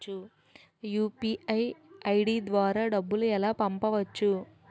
UPI ID ద్వారా డబ్బులు ఎలా పంపవచ్చు?